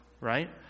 right